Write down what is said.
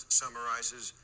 summarizes